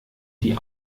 die